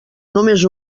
només